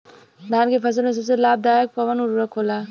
धान के फसल में सबसे लाभ दायक कवन उर्वरक होला?